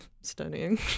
studying